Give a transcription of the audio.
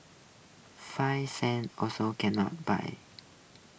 five cents also can not buy